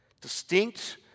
Distinct